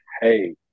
hey